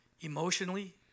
Emotionally